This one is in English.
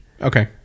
Okay